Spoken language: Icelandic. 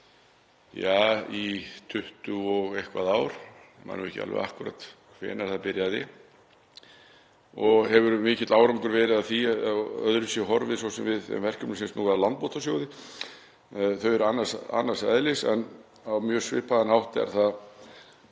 ja, 20 og eitthvað ár, ég man nú ekki alveg akkúrat hvenær það byrjaði, og hefur mikill árangur verið af því. Öðruvísi horfir svo sem við um verkefni sem snúa að Landbótasjóði. Þau eru annars eðlis en á mjög svipaðan hátt er það